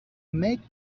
made